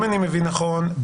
אם אני מבין נכון,